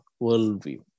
worldview